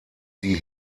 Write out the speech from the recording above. die